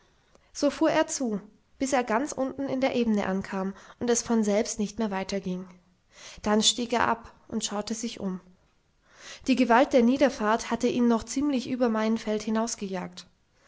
so fuhr er zu bis er ganz unten in der ebene ankam und es von selbst nicht mehr weiterging dann stieg er ab und schaute sich um die gewalt der niederfahrt hatte ihn noch ziemlich über